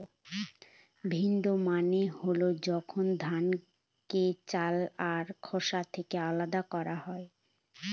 ভিন্নউইং মানে হল যখন ধানকে চাল আর খোসা থেকে আলাদা করা হয়